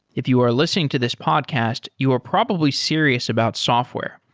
if you are listening to this podcast, you are probably serious about software.